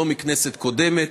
לא מכנסת קודמת.